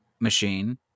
machine